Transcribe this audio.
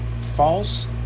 false